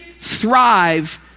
thrive